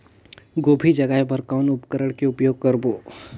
गोभी जगाय बर कौन उपकरण के उपयोग करबो?